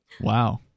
Wow